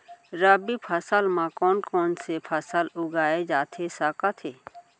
रबि फसल म कोन कोन से फसल उगाए जाथे सकत हे?